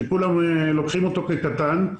שכולם לוקחים אותו כקטן,